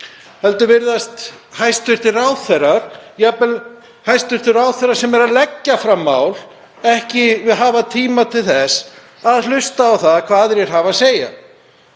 heldur virðast hæstv. ráðherrar, jafnvel hæstv. ráðherrar sem eru að leggja fram mál, ekki hafa tíma til þess að hlusta á það hvað aðrir hafa að segja.